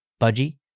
Budgie